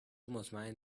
مطمئن